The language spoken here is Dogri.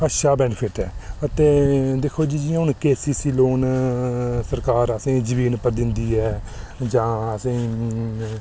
अच्छा बैनीफिट ऐ अते दिक्खो जी जि'यां हून केसीसी लोन सरकार असें जमीन उप्पर दिंदी ऐ जां असें ई